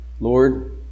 Lord